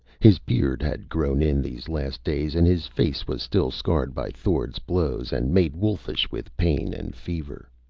his beard had grown in these last days, and his face was still scarred by thord's blows and made wolfish with pain and fever.